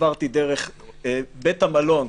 עברתי דרך בית המלון -- שחרור,